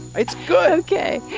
it's good ok.